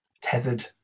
tethered